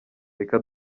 reka